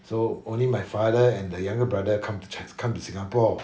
so only my father and the younger brother come to ch~ come to singapore